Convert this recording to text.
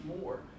more